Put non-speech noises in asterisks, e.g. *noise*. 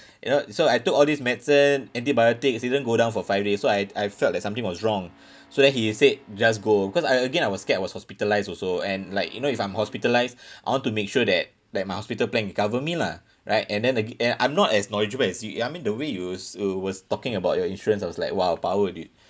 *breath* you know so I took all these medicine antibiotics didn't go down for five days so I I felt that something was wrong *breath* so then he said just go because I again I was scared I was hospitalised also and like you know if I'm hospitalised *breath* I want to make sure that that my hospital plan will cover me lah right and then aga~ I'm not as knowledgeable as you I mean the way you you was talking about your insurance I was like !wow! power dude